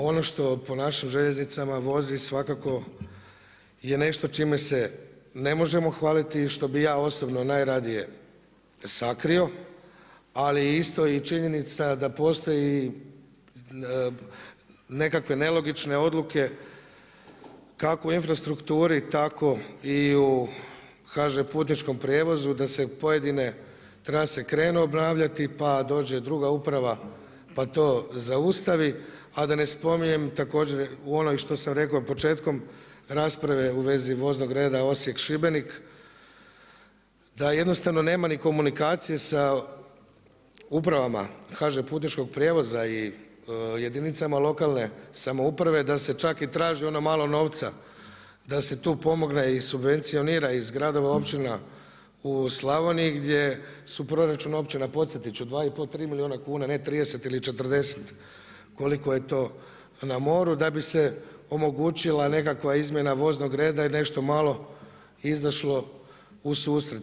Ono što po našim željeznicama vozi svakako je nešto čime se ne možemo hvaliti i što bi ja osobno najradije sakrio, ali isto i činjenica da postoji nekakve nelogične odluke kako u infrastrukturi tako i u HŽ putničkom prijevozu, da se pojedine trase krenu obnavljati, pa dođe druga uprava, pa to zaustavi, a da ne spominjem također u onoj što sam rekao, početkom rasprave u vezi voznog reda Osijek-Šibenik, da jednostavno nema ni komunikacije sa upravama HŽ putničkog prijevoza i jedinicama lokalne samouprave, da se čak i traži ono malo novca da se tu pomogne i subvencionira iz gradova i općina u Slavoniji gdje su proračun općina podsjetit ću 2,5, 3 milijuna kuna ne 30 ili 40 koliko je to na moru da bi se omogućila nekakva izmjena voznog reda i nešto malo izašlo u susret.